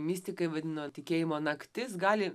mistikai vadino tikėjimo naktis gali